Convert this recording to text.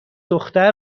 دختر